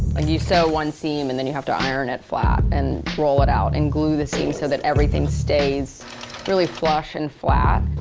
you sew one seam and then you have to iron it flat and roll it out and glue the seam so that everything stays really flush and flat.